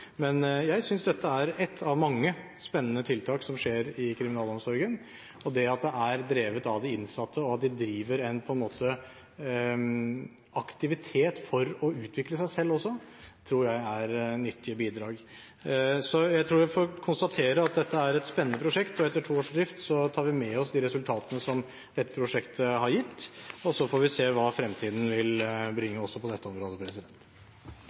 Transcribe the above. Men jeg synes dette er ett av mange spennende tiltak som skjer i Kriminalomsorgen, og det at det er drevet av de innsatte, og at de driver på en måte en aktivitet for å utvikle seg selv også, tror jeg er et nyttig bidrag. Jeg tror jeg får konstatere at dette er et spennende prosjekt, og etter to års drift tar vi med oss de resultatene som dette prosjektet har gitt. Og så får vi se hva fremtiden vil bringe også på dette området.